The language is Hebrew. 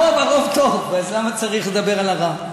הרוב טוב, אז למה צריך לדבר על הרע?